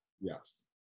Yes